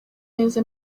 meza